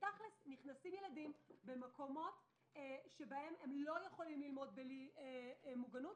ונכנסים ילדים במקומות שבהם הם לא יכולים ללמוד בלי מוגנות,